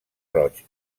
roig